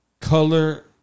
color